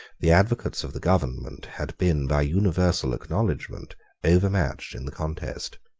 the advocates of the government had been by universal acknowledgment overmatched in the contest.